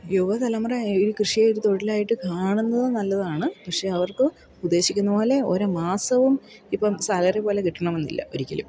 യുവതലമുറ ഈ കൃഷിയെ ഒരു തൊഴിലായിട്ട് കാണുന്നത് നല്ലതാണ് പക്ഷേ അവർക്ക് ഉദ്ദേശിക്കുന്ന പോലെ ഓരോ മാസവും ഇപ്പം സാലറി പോലെ കിട്ടണമെന്നില്ല ഒരിക്കലും